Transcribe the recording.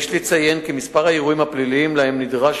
יש לציין שמספר האירועים הפליליים שלהם נדרש